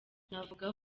navuga